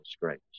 grace